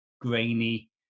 grainy